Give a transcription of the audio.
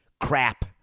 crap